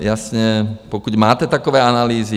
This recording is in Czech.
Jasně, pokud máte takové analýzy.